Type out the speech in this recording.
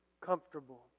comfortable